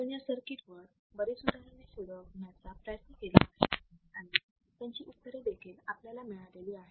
आपण या सर्किटस वर बरीच उदाहरणं सोडवायचा प्रयत्न केलेला आहे आणि त्यांची उत्तरे देखील आपल्याला मिळालेली आहेत